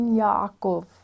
Yaakov